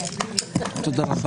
תודה.